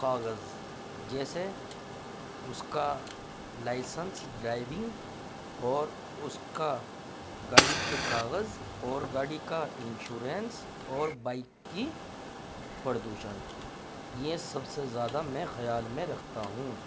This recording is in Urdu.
کاغذ جیسے اس کا لائسنس ڈرائیوننگ اور اس کا گاڑی کے کاغذ اور گاڑی کا انشورنس اور بائک کی پردوشن یہ سب سے زیادہ میں خیال میں رکھتا ہوں